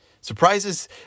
Surprises